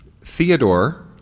Theodore